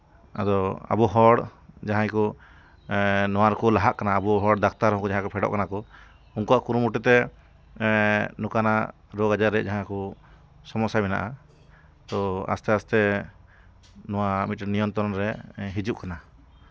ᱟᱫᱚ ᱟᱵᱚ ᱦᱚᱲ ᱡᱟᱦᱟᱸᱭ ᱠᱚ ᱱᱚᱣᱟ ᱨᱮᱠᱚ ᱞᱟᱦᱟᱜ ᱠᱟᱱᱟ ᱟᱵᱚ ᱦᱚᱲ ᱰᱟᱠᱛᱟᱨ ᱦᱚᱸᱠᱚ ᱡᱟᱦᱟᱸᱭ ᱠᱚ ᱯᱷᱮᱰᱚᱜ ᱠᱟᱱᱟ ᱠᱚ ᱩᱱᱠᱩᱣᱟᱜ ᱠᱩᱨᱩᱢᱩᱴᱩᱛᱮ ᱱᱚᱝᱠᱟᱱᱟᱜ ᱨᱳᱜᱽ ᱟᱡᱟᱨ ᱨᱮᱭᱟᱜ ᱡᱟᱦᱟᱸ ᱠᱚ ᱥᱚᱢᱚᱥᱥᱟ ᱢᱮᱱᱟᱜᱼᱟ ᱛᱳ ᱟᱥᱛᱮ ᱟᱥᱛᱮ ᱱᱚᱣᱟ ᱢᱤᱫᱴᱤᱱ ᱱᱤᱭᱚᱱᱛᱨᱚᱱ ᱨᱮ ᱦᱤᱡᱩᱜ ᱠᱟᱱᱟ